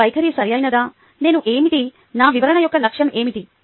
నా వైఖరి సరైనది నేను ఏమిటి నా వివరణ యొక్క లక్ష్యం ఏమిటి